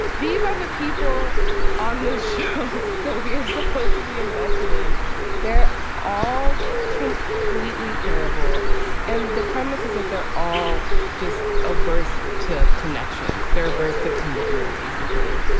these are the people on this show that we are supposed to be invested in they're all completely terrible and the premise is that they're all just averse to connections. they're averse to commitment, basically.